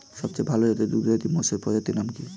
সবচেয়ে ভাল জাতের দুগ্ধবতী মোষের প্রজাতির নাম কি?